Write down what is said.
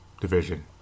division